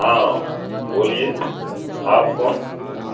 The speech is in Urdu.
ہاں بولیے آپ کون